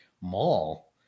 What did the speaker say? mall